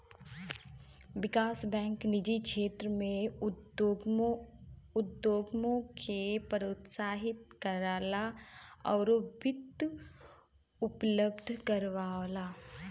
विकास bank निजी क्षेत्र में उद्यमों के प्रोत्साहित करला आउर वित्त उपलब्ध करावला